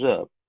up